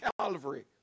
Calvary